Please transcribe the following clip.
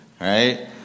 right